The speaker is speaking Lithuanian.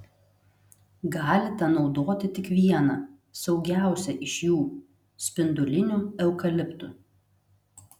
galite naudoti tik vieną saugiausią iš jų spindulinių eukaliptų